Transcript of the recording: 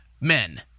men